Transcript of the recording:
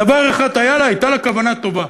אבל דבר אחד היה לה: הייתה לה כוונה טובה.